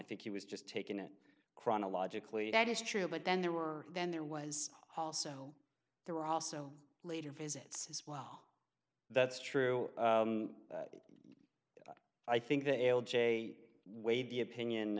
think he was just taking it chronologically that is true but then there were then there was also there were also later visits as well that's true but i think the l j wade the opinion